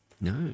no